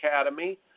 academy